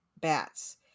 bats